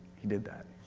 he did that.